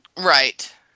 Right